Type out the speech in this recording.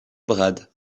brad